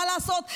מה לעשות?